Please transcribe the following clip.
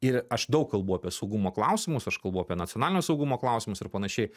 ir aš daug kalbu apie saugumo klausimus aš kalbu apie nacionalinio saugumo klausimus ir panašiai